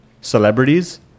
celebrities